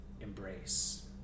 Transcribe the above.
embrace